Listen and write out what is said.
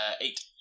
Eight